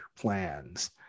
plans